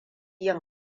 yin